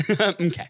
Okay